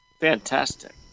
Fantastic